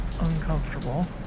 uncomfortable